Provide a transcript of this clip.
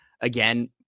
again